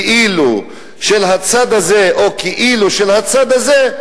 כאילו של הצד הזה או כאילו של הצד הזה,